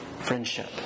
friendship